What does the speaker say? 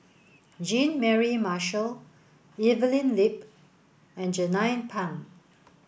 Jean Mary Marshall Evelyn Lip and Jernnine Pang